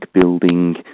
building